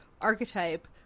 archetype